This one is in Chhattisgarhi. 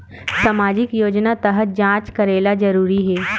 सामजिक योजना तहत जांच करेला जरूरी हे